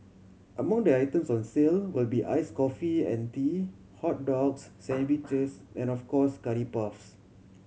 among the items on sale will be ice coffee and tea hot dogs sandwiches and of course curry puffs